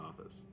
office